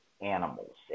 animals